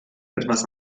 etwas